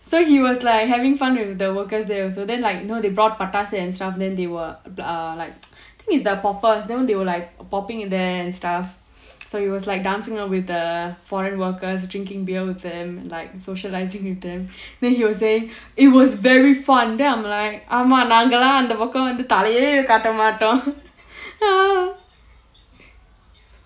so he was like having fun with the workers there also then like you know they brought party and stuff then they were like I think it's the poppers then they were like popping in there and stuff so he was like dancing with the foreign workers drinking beer with them like socialising with them then he will say it was very fun then I'm like ஆமா நாங்கல்லாம் அந்த பக்கம் வந்து தலையே காட்ட மாட்டோம்:aamaa naangalaam antha pakkam vanthu thalaiyae kaatta maattom